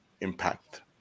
impact